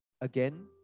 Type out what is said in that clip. again